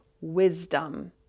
wisdom